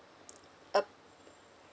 uh